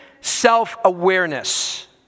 self-awareness